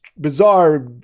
bizarre